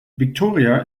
victoria